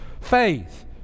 Faith